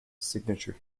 signature